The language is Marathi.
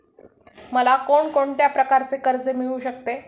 मला कोण कोणत्या प्रकारचे कर्ज मिळू शकते?